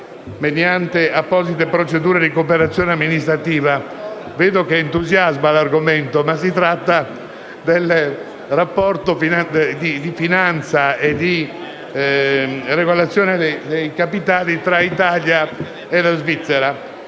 mediante apposite procedure di cooperazione amministrativa. *(Brusio).* Vedo che l'argomento entusiasma, ma si tratta del rapporto di finanza e di regolazione dei capitali tra Italia e Svizzera.